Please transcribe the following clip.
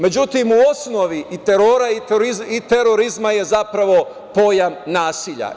Međutim, u osnovi i terora i terorizma je zapravo pojam nasilja.